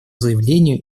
заявлению